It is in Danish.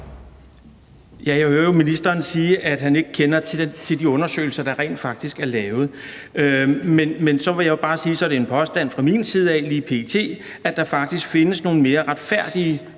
Jeg hører jo ministeren sige, at han ikke kender til de undersøgelser, der rent faktisk er lavet. Men så vil jeg bare sige, at det lige p.t. er en påstand fra min side, at der faktisk findes nogle mere retfærdige